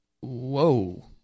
whoa